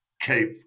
keep